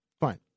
Fine